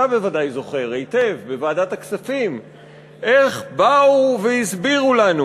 אתה בוודאי זוכר היטב איך באו והסבירו לנו,